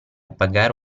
pagare